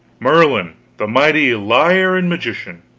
merlin, the mighty liar and magician,